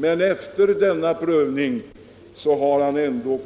Men efter denna prövning har han ändå